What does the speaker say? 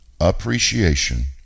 appreciation